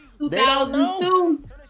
2002